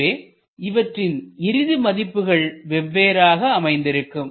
எனவே இவற்றின் இறுதி மதிப்புகள் வெவ்வேறாக அமைந்திருக்கும்